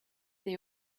they